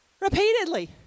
repeatedly